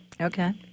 Okay